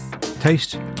Taste